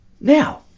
Now